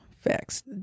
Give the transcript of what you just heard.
Facts